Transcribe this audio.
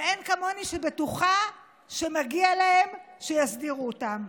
ואין כמוני שבטוחה שמגיע להם שיסדירו אותם.